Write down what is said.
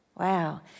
Wow